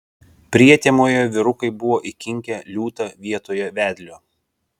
prietemoje vyrukai buvo įkinkę liūtą vietoje vedlio